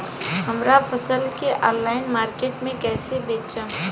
हमार फसल के ऑनलाइन मार्केट मे कैसे बेचम?